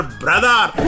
brother